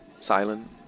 Silent